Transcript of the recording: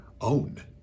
own